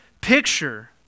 picture